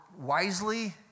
wisely